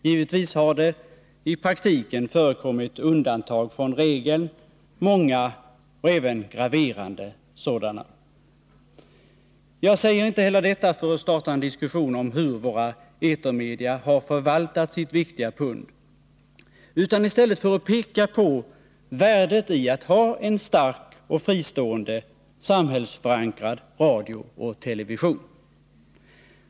Givetvis har det i praktiken förekommit undantag från regeln — många och Jag säger inte detta heller för att starta en diskussion om hur våra vision, m.m. etermedia har förvaltat sitt viktiga pund, utan för att peka på värdet i att ha en stark och fristående samhällsförankrad radio och television.